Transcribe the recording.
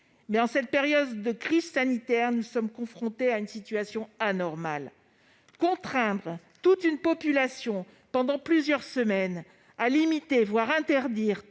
mais en cette période de crise sanitaire, nous sommes confrontés à une situation anormale. Contraindre toute une population à limiter pendant plusieurs semaines tous ses contacts